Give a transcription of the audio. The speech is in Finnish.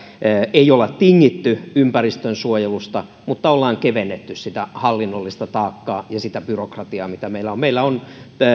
ei ole tingitty ympäristönsuojelusta mutta on kevennetty sitä hallinnollista taakkaa ja sitä byrokratiaa mitä meillä on meillä on